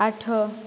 ଆଠ